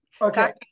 Okay